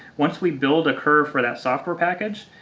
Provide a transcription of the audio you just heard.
once we build a curve for that software package,